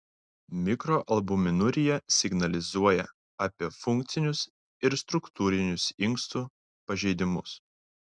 mikroalbuminurija signalizuoja apie funkcinius ir struktūrinius inkstų pažeidimus